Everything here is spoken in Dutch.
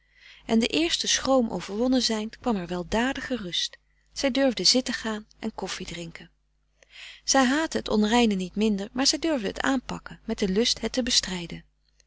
en de eerste schroom overwonnen zijnd kwam er weldadige rust zij durfde zitten gaan en koffie drinken zij haatte het onreine niet minder maar zij durfde het aanpakken met den lust het te bestrijden